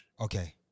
okay